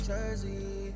Jersey